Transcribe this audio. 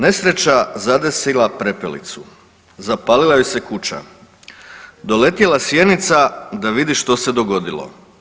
Nesreća zadesila prepelicu, zapalila joj se kuća doletjela sjenica da vidi što se dogodilo.